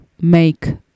make